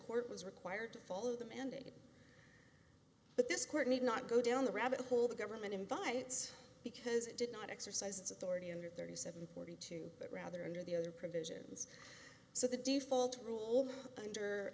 court was required to follow them and it but this court need not go down the rabbit hole the government invites because it did not exercise its authority under thirty seven forty two but rather under the other provisions so the default rule under